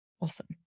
Awesome